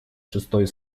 шестой